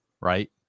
right